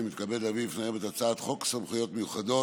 אני מתכבד להביא בפניכם את הצעת חוק סמכויות מיוחדות